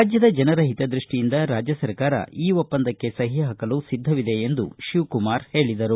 ರಾಜ್ಜದ ಜನರ ಹಿತದೃಷ್ಷಿಯಿಂದ ರಾಜ್ಯ ಸರ್ಕಾರ ಈ ಒಪ್ಪಂದಕ್ಕೆ ಸಹಿ ಹಾಕಲು ಸಿದ್ದವಿದೆ ಎಂದು ಶಿವಕುಮಾರ್ ಹೇಳದರು